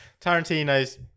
Tarantino's